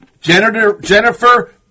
Jennifer